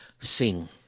Sing